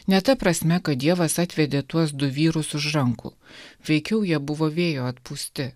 ne ta prasme kad dievas atvedė tuos du vyrus už rankų veikiau jie buvo vėjo atpūsti